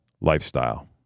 lifestyle